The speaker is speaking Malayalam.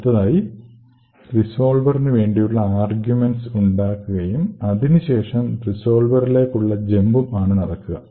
അടുത്തതായി റിസോൾവെറിനു വേണ്ടിയുള്ള ആർഗ്യുമെന്റ്സ് ഉണ്ടാക്കുകയും അതിനുശേഷം റിസോൾവെറിലേക്കുള്ള ജെമ്പും ആണ് നടക്കുക